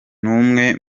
n’umwe